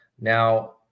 Now